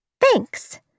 Thanks